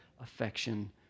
affection